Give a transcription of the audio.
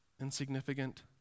insignificant